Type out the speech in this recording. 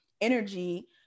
energy